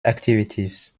activities